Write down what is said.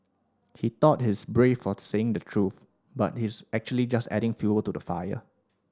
he thought he's brave for saying the truth but he's actually just adding fuel to the fire